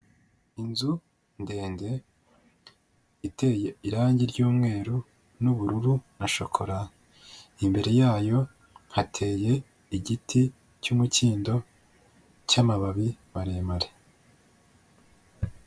Inzu ndende, iteye irange ryumweru n'ubururu na shokora, imbere yayo hateye igiti cy'umukindo cy'amababi maremare.